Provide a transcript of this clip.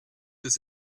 des